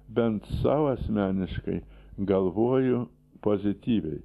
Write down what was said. bent sau asmeniškai galvoju pozityviai